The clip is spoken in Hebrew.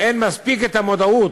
אין מספיק מודעות,